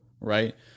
right